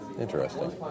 Interesting